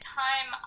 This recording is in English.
time